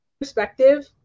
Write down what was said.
Perspective